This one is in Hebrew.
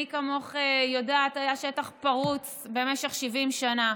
מי כמוך יודעת, היה שטח פרוץ במשך 70 שנה.